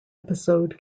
episode